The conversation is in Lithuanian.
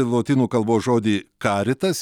lotynų kalbos žodį caritas